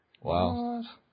Wow